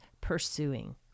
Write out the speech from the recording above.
pursuing